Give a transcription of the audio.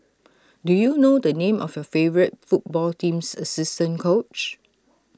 do you know the name of your favourite football team's assistant coach